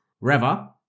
Reva